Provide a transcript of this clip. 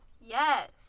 Yes